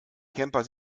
camper